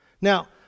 Now